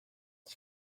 ich